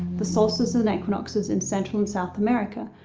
the solstices and equinoxes in central and south america,